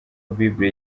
bible